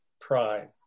pride